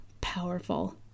powerful